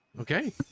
Okay